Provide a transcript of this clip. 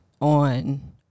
on